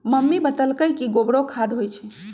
mummy बतअलई कि गोबरो खाद होई छई